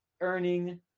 earning